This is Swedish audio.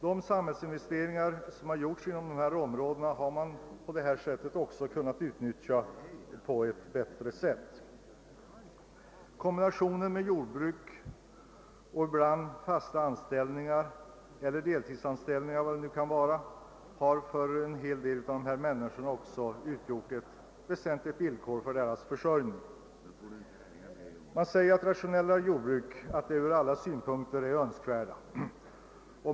De samhällsinvesteringar som har gjorts inom dessa områden har därför kunnat utnyttjas på ett bättre sätt. Kombinationen med jordbruk och ibland fasta anställningar eller deltidsanställningar, vad det nu kan vara, har för en hel del av dessa människor utgjort ett väsentligt villkor för deras försörjning. Rationella jordbruk är ur alla synvinklar önskvärda.